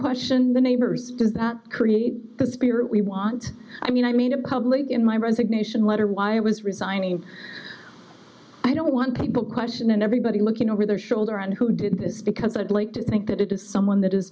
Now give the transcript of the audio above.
question the neighbors does that create a spirit we want i mean i mean a public in my resignation letter why it was resigning i don't want people question and everybody looking over their shoulder and who did this because i'd like to think that it is someone that is